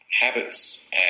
habits